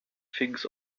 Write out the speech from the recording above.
things